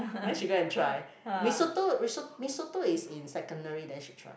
then she go and try mee soto mee so~ mee soto is in secondary then she try